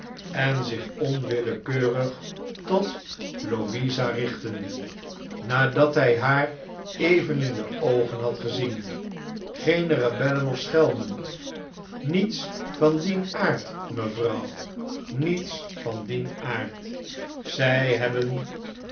en zich onwillekeurig tot louisa richtende nadat hij haar even in de oogen had gezien geene rebellen of schelmen niets van dien aard mevrouw niets van dien aard zij hebben